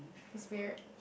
its weird